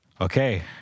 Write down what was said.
okay